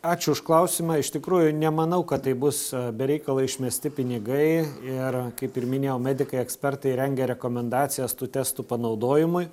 ačiū už klausimą iš tikrųjų nemanau kad taip bus be reikalo išmesti pinigai ir kaip ir minėjau medikai ekspertai rengia rekomendacijas tų testų panaudojimui